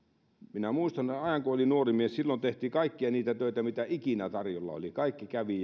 minä muistan ajan kun olin nuori mies silloin tehtiin kaikkia niitä töitä mitä ikinä tarjolla oli kaikki kävi